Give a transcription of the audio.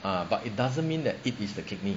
but it doesn't mean that it is the kidney